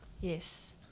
yes